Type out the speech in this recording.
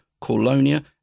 Colonia